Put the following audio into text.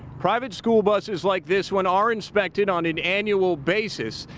private school buses like this one ah arinspected on an annual basis,